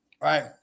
right